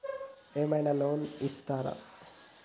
ఏమైనా లోన్లు ఇత్తరా?